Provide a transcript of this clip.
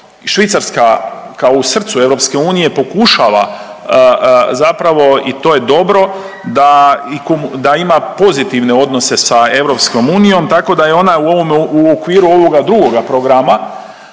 Švicarska kao u srcu EU pokušava i to je dobro da ima pozitivne odnose sa EU tako da je ona u okviru ovoga drugoga programa